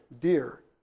dear